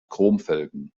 chromfelgen